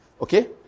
Okay